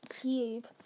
cube